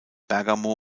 bergamo